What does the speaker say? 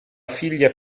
figlia